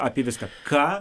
apie viską ką